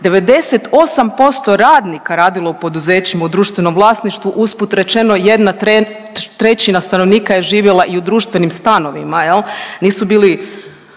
98% radnika radilo u poduzećima u društvenom vlasništvu, usput rečeno 1/3 stanovnika je živjela i u društvenim stanovima jel, nisu bili,